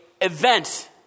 event